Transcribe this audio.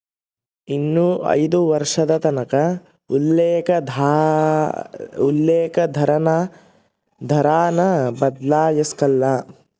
ಇನ್ನ ಐದು ವರ್ಷದತಕನ ಉಲ್ಲೇಕ ದರಾನ ಬದ್ಲಾಯ್ಸಕಲ್ಲ